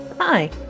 hi